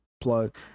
plug